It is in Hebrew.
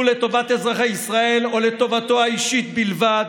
לטובת אזרחי ישראל או לטובתו האישית בלבד,